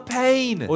pain